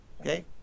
Okay